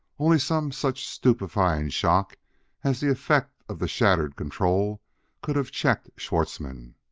only some such stupefying shock as the effect of the shattered control could have checked schwartzmann.